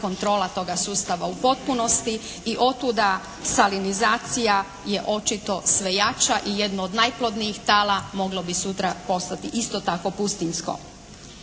kontrola toga sustava u potpunosti i od tuda salinizacija je očito sve jača i jedno od najplodnijih tala moglo bi sutra postati isto tako pustinjsko.